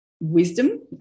wisdom